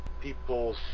people's